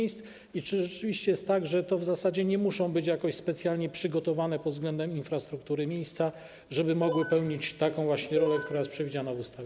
I czy rzeczywiście jest tak, że to w zasadzie nie muszą być jakoś specjalnie przygotowane pod względem infrastruktury miejsca, żeby mogły pełnić taką właśnie funkcję, jaka jest przewidziana w ustawie?